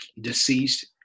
deceased